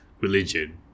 religion